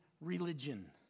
religion